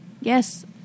Yes